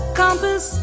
compass